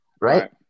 right